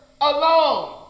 alone